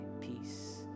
peace